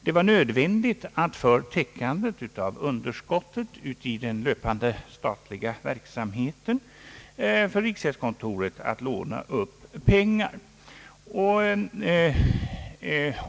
Det var nödvändigt för riksgäldskontoret att, för täckande av underskott i den löpande statliga verksamheten, låna upp pengar.